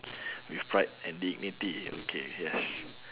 with pride and dignity okay yes